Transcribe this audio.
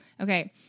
okay